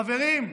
חברים,